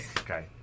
Okay